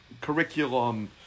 curriculum